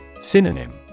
Synonym